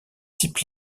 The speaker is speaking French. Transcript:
types